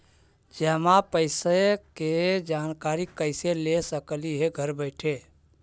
जमा पैसे के जानकारी कैसे ले सकली हे घर बैठे?